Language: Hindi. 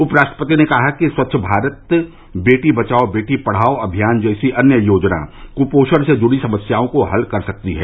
उपराष्ट्रपति ने कहा कि स्वच्छ भारत बेटी बचाओ बेटी पढ़ाओ अभियान जैसी अन्य योजना कूपोषण से जुड़ी समस्याओं को हल कर सकती है